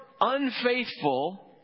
unfaithful